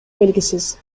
белгисиз